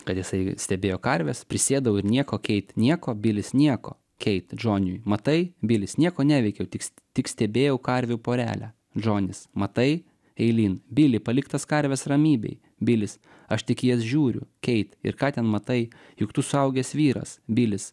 kad jisai stebėjo karves prisėdau ir nieko keit nieko bilis nieko keit džoniui matai bilis nieko neveikiau tik tik stebėjau karvių porelę džonis matai eilyn bili palik tas karves ramybėj bilis aš tik į jas žiūriu keit ir ką ten matai juk tu suaugęs vyras bilis